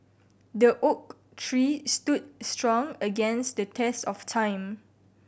the oak tree stood strong against the test of time